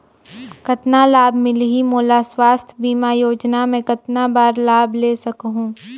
कतना लाभ मिलही मोला? स्वास्थ बीमा योजना मे कतना बार लाभ ले सकहूँ?